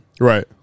Right